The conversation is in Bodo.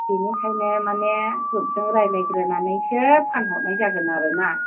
बिनिखायनो माने ग्रुपजों रायलायग्रोनानैसो फानहरनाय जागोन आरो ना